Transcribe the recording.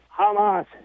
Hamas